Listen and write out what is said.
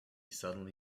suddenly